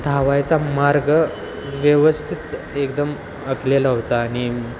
धावायचा मार्ग व्यवस्थित एकदम आखलेला होता आणि